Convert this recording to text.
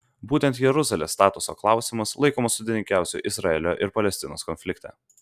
būtent jeruzalės statuso klausimas laikomas sudėtingiausiu izraelio ir palestinos konflikte